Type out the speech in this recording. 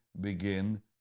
begin